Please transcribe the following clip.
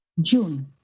June